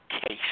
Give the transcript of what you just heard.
Case